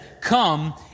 come